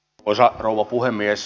arvoisa rouva puhemies